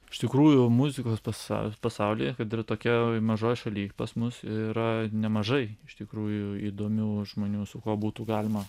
iš tikrųjų muzikos pasaulio pasaulyje kad ir tokioj mažoj šaly pas mus yra nemažai iš tikrųjų įdomių žmonių su kuo būtų galima